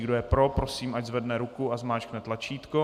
Kdo je pro, ať zvedne ruku a zmáčkne tlačítko.